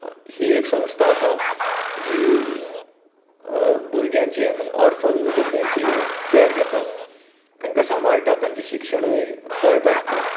ही एक संस्था आसा जी भुरग्यांचे म्हणजे ऑर्फन भुरग्यांची केयर घेता तेंका सांबाळटा तांचें शिक्षणूय पळयतात ते